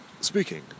speaking